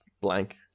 blank